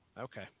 Okay